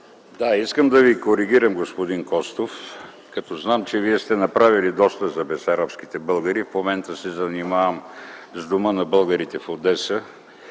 Искам да Ви коригирам, господин Костов, защото знам, че Вие сте направили доста за бесарабските българи. В момента се занимавам с Дома на българите в Одеса